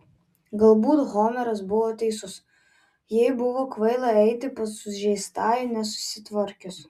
galbūt homeras buvo teisus jai buvo kvaila eiti pas sužeistąjį nesusitvarkius